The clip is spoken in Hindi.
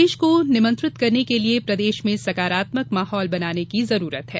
निवेश को निमंत्रित करने के लिए प्रदेश में सकारात्मक माहौल बनाने की आवश्यकता है